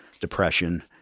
depression